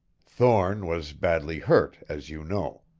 thorne was badly hurt as you know.